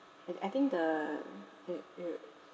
and I think the the uh